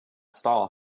stall